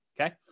okay